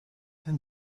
then